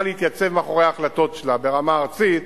להתייצב מאחורי ההחלטות שלה ברמה ארצית,